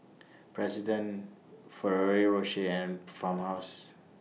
President Ferrero Rocher and Farmhouse